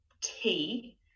tea